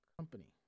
company